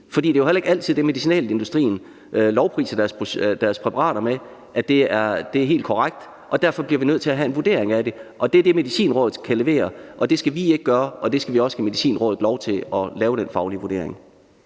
For det er jo heller ikke altid, at det, medicinalindustrien lovpriser deres præparater med, er helt korrekt. Derfor bliver vi nødt til at have en vurdering af det, og det er det, Medicinrådet kan levere. Det skal vi ikke gøre, men vi skal give Medicinrådet lov til at lave den faglige vurdering.